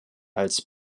als